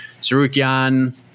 Sarukyan